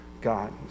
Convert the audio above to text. God